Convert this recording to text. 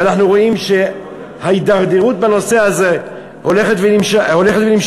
ואנחנו רואים שההידרדרות בנושא הזה הולכת ונמשכת.